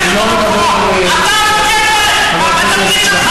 הוא לא ענה על השאילתה שלי, חבר הכנסת זחאלקה,